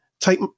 take